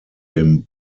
dem